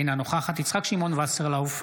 אינה נוכחת יצחק שמעון וסרלאוף,